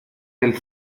del